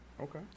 Okay